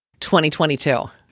2022